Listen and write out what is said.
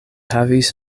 havis